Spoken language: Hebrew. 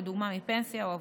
לדוגמה מפנסיה או עבודה,